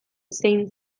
zein